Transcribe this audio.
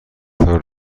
قطار